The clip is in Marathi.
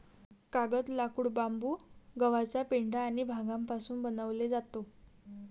कागद, लाकूड, बांबू, गव्हाचा पेंढा आणि भांगापासून बनवले जातो